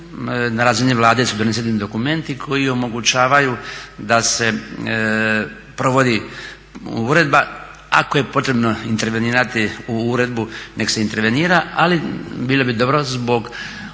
na razini Vlade su doneseni dokumenti koji omogućavaju da se provodi uredba. Ako je potrebno intervenirati u uredbu nek se intervenira, ali bilo bi dobro zbog ovoga